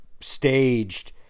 staged